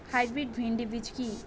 Hybrid ভীন্ডি বীজ কি?